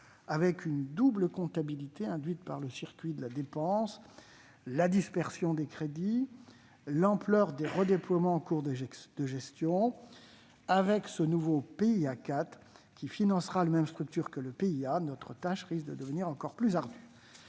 avec la double comptabilité induite par le circuit de la dépense, la dispersion des crédits, l'ampleur des redéploiements en cours de gestion ... Avec ce nouveau PIA 4, qui financera les mêmes structures que le PIA, notre tâche risque de devenir encore plus ardue.